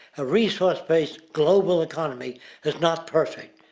a resource based global economy is not perfect,